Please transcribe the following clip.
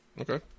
Okay